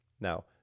Now